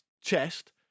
chest